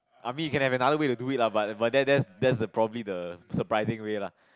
I mean you can have another way to do it lah but but that's that's that's the probably the surprising way lah